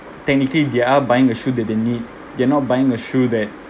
technically they are buying a shoe that they need they are not buying a shoe that